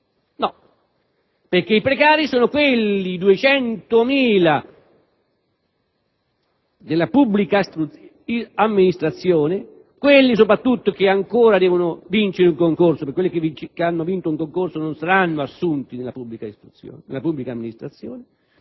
No, perché i precari sono quei 200.000 della pubblica amministrazione, soprattutto quelli che ancora devono vincere il concorso (perché quelli che ne hanno vinto uno non saranno assunti nella pubblica amministrazione).